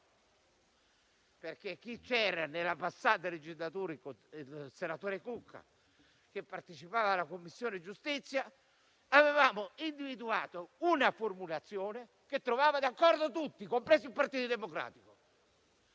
perché chi era presente nella passata legislatura, come il senatore Cucca, che era membro della Commissione giustizia, sa che avevamo individuato una formulazione che trovava d'accordo tutti, compreso il Partito Democratico.